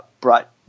brought